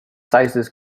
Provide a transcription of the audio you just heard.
sizes